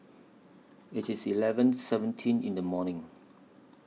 IT IS eleven seventeen in The evening